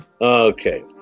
Okay